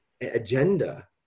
agenda